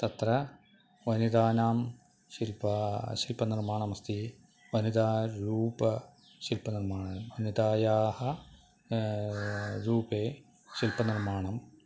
तत्र वनितानां शिल्पः शिल्पनिर्माणमस्ति वनितारूपशिल्पनिर्माणं वनितायाः रूपेण शिल्पनिर्माणं